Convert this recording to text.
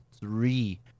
three